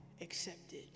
Accepted